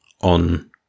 on